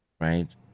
right